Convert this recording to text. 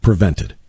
prevented